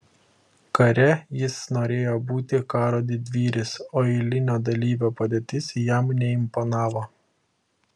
kare jis norėjo būti karo didvyris o eilinio dalyvio padėtis jam neimponavo